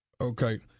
Okay